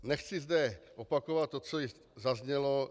Nechci zde opakovat to, co již zaznělo.